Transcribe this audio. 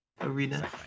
Arena